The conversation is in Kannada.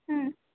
ಹ್ಞೂ